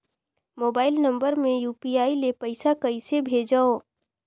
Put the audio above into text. Mobile number मे UPI ले पइसा कइसे भेजवं?